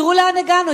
תראו לאן הגענו.